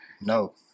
No